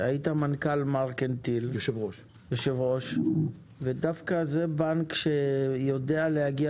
היית יושב-ראש מרכנתיל וזה דווקא בנק שיודע להגיע